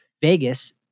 Vegas